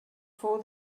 fou